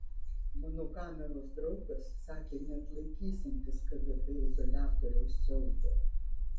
mano kameros draugas sakė neatlaikysiantis kgb izoliatoriaus siaubo